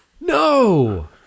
no